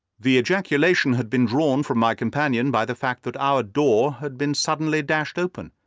the ejaculation had been drawn from my companion by the fact that our door had been suddenly dashed open,